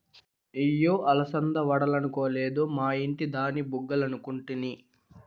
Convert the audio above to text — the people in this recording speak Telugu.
ఇయ్యి అలసంద వడలనుకొలేదు, మా ఇంటి దాని బుగ్గలనుకుంటిని